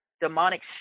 demonic